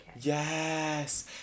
Yes